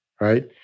right